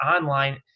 online